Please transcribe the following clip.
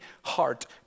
heart